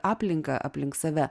aplinką aplink save